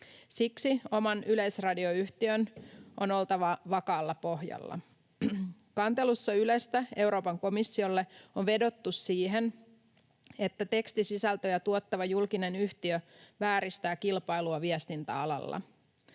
Siksi oman yleisradioyhtiön on oltava vakaalla pohjalla. Kantelussa Ylestä Euroopan komissiolle on vedottu siihen, että tekstisisältöjä tuottava julkinen yhtiö vääristää kilpailua viestintäalalla.